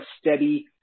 steady